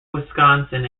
wisconsin